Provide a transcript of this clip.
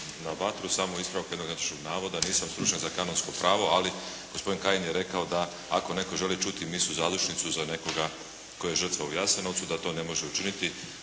na vatru, samo ispravak jednog netočnog navoda, nisam stručnjak za …/Govornik se ne razumije./… pravo. Ali, gospodin Kajin je rekao, ako netko želi čuti misu zadušnica za nekoga koji je žrtva u Jasenovcu da to ne može učiniti,